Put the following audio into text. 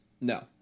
No